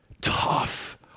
tough